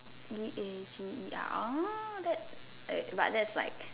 B A G E R orh that's but that's like